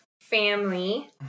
family